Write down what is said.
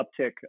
uptick